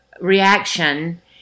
reaction